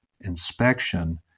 inspection